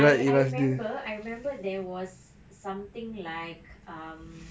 I I remember I remember there was something like um